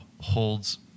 holds